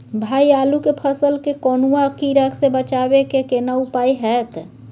भाई आलू के फसल के कौनुआ कीरा से बचाबै के केना उपाय हैयत?